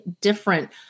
different